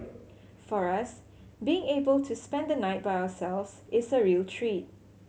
for us being able to spend the night by ourselves is a real treat